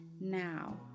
Now